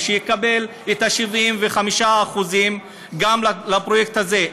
ושיקבלו את ה-75% גם לפרויקט הזה.